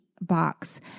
box